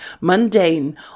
mundane